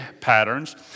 patterns